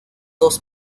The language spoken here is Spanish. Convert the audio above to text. dos